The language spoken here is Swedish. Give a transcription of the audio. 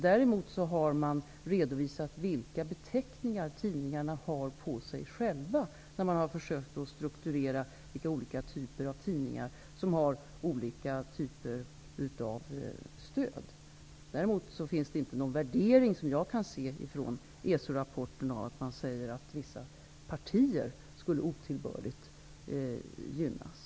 Däremot har man redovisat vilka beteckningar tidningarna har på sig själva när man försökt att strukturera vilka olika typer av tidningar som har olika slags stöd. Men såvitt jag kan se finns det inte någon värdering i ESO-rapporten som säger att vissa partier otillbörligt gynnas.